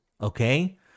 Okay